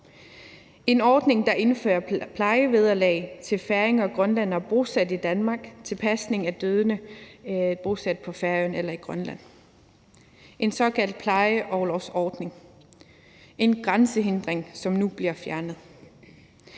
en ordning, hvorved der indføres plejevederlag til færinger og grønlændere bosat i Danmark til pasning af døende bosat på Færøerne eller i Grønland – en såkaldt plejeorlovsordning. Det er en grænsehindring, som nu bliver fjernet.